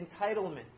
entitlement